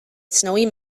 snowy